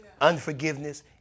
unforgiveness